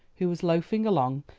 who was loafing along,